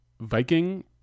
Viking